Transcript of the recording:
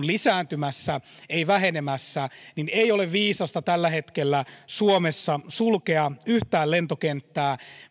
lisääntymässä ei vähenemässä niin ei ole viisasta tällä hetkellä suomessa sulkea yhtään lentokenttää